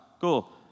Cool